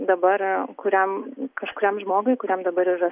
dabar kuriam kažkuriam žmogui kuriam dabar yra